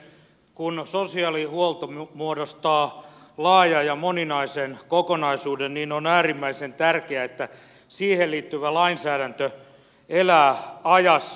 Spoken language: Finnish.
kun sosiaalihuolto muodostaa laajan ja moninaisen kokonaisuuden on äärimmäisen tärkeää että siihen liittyvä lainsäädäntö elää ajassa